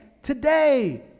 Today